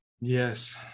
Yes